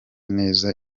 neza